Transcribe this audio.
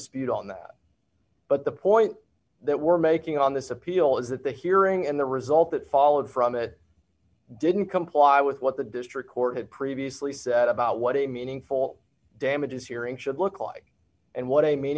dispute on that but the point that we're making on this appeal is that the hearing and the result that followed from it didn't comply with what the district court had previously said about what a meaningful damages hearing should look like and what a mean